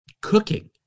cooking